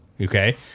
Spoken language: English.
Okay